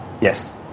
yes